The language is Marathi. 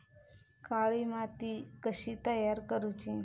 काळी माती कशी तयार करूची?